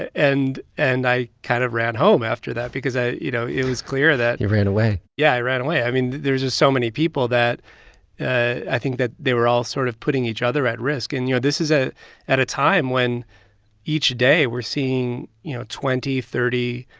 and and i kind of ran home after that because i you know, it was clear that. you ran away yeah, i ran away. i mean, there's just so many people that ah i think that they were all sort of putting each other at risk. and you know, this is ah at a time when each day we're seeing, you know, twenty, thirty